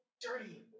dirty